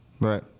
Right